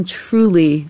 truly